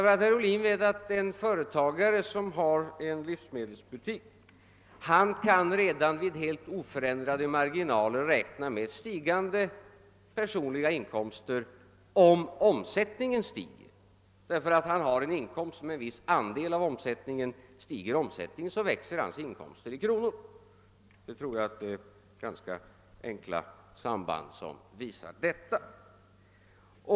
Herr Ohlin vet att den företagare som har en livsmedelsbutik redan vid helt oförändrade marginaler kan räkna med stigande personliga inkomster om omsättningen stiger, eftersom hans inkomst utgör en viss del av denna. Stiger omsättningen växer hans inkomst i kronor räknat. Jag tror att det är ett ganska enkelt samband som visar detta.